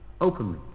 openly